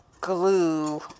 glue